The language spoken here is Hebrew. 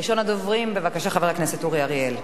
ראשון הדוברים, בבקשה, חבר הכנסת אורי אריאל.